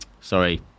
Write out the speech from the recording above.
sorry